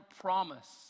promise